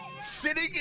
sitting